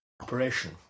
Operation